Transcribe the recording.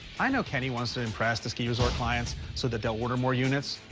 i know kenny wants to impress the ski resort clients so they'll order more units.